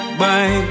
bye